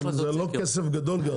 זה לא כסף גדול,